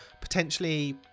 potentially